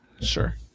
Sure